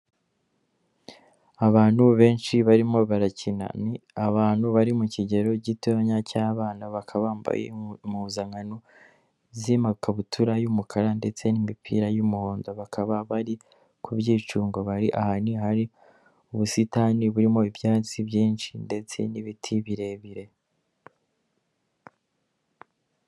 Abantu benshi barimo barakina ni abantu bari mu kigero gitoya cy'abana bakaba bambaye impuzankano z'amakabutura y'umukara ndetse n'imipira y'umuhondo, bakaba bari ku byicungo bari ahantu hari ubusitani burimo ibyatsi byinshi ndetse n'ibiti birebire.